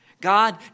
God